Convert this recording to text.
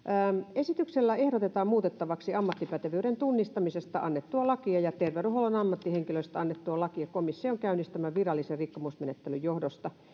esityksellä ehdotetaan muutettavaksi ammattipätevyyden tunnustamisesta annettua lakia ja terveydenhuollon ammattihenkilöistä annettua lakia komission käynnistämän virallisen rikkomusmenettelyn johdosta